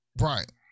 Right